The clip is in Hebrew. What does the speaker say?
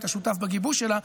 היית שותף בגיבוש שלה,